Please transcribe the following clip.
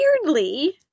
weirdly